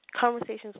Conversations